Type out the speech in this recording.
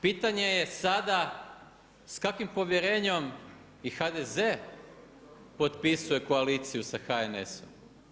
Pitanje je sada, s kakvim povjerenjem i HDZ potpisuje koaliciju sa HNS-om?